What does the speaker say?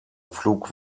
pflug